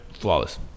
flawless